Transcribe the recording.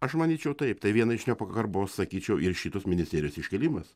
aš manyčiau taip tai viena iš nepagarbos sakyčiau ir šitos ministerijos iškėlimas